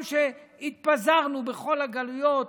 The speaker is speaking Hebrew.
גם כשהתפזרנו בכל הגלויות